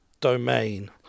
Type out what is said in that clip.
domain